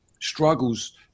struggles